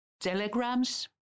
telegrams